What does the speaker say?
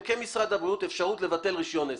כמשרד הבריאות אפשרות לבטל רישיון עסק.